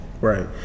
Right